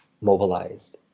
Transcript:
mobilized